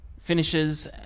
finishes